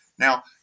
Now